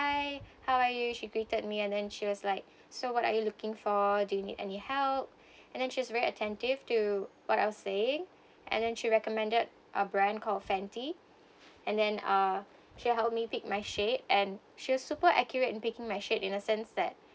hi how are you she greeted me and and she was like so what are you looking for do you need any help and then she's very attentive to what I was saying and then she recommended a brand called Fenty and then uh she help me pick my shade and she was super accurate in picking my shade in a sense that